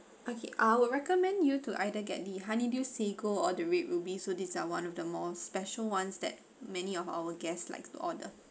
okay I would recommend you to either get the honeydew sago or the red ruby so these are one of the more special ones that many of our guests like order